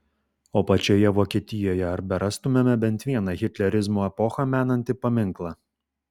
o pačioje vokietijoje ar berastumėme bent vieną hitlerizmo epochą menantį paminklą